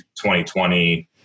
2020